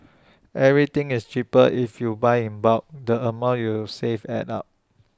everything is cheaper if you buy in bulk the amount you save adds up